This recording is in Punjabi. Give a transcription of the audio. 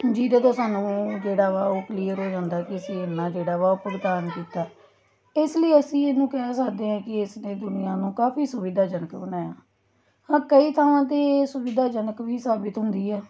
ਜਿਹਦੇ ਤੋਂ ਸਾਨੂੰ ਜਿਹੜਾ ਵਾ ਉਹ ਕਲੀਅਰ ਹੋ ਜਾਂਦਾ ਕਿ ਅਸੀਂ ਇੰਨਾ ਜਿਹੜਾ ਵਾ ਉਹ ਭੁਗਤਾਨ ਕੀਤਾ ਇਸ ਲਈ ਅਸੀਂ ਇਹਨੂੰ ਕਹਿ ਸਕਦੇ ਹਾਂ ਕਿ ਇਸਨੇ ਦੁਨੀਆ ਨੂੰ ਕਾਫੀ ਸੁਵਿਧਾਜਨਕ ਬਣਾਇਆ ਹਾਂ ਕਈ ਥਾਵਾਂ 'ਤੇ ਅਸੁਵਿਧਾਜਨਕ ਵੀ ਸਾਬਿਤ ਹੁੰਦੀ ਹੈ